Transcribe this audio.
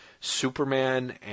Superman